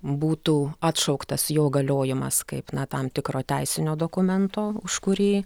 būtų atšauktas jo galiojimas kaip na tam tikro teisinio dokumento už kurį